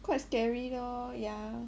quite scary lor yeah